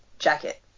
jacket